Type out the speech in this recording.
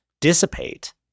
dissipate